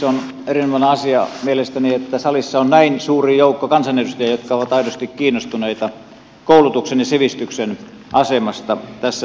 on erinomainen asia mielestäni että salissa on näin suuri joukko kansanedustajia jotka ovat aidosti kiinnostuneita koulutuksen ja sivistyksen asemasta tässä suomenmaassa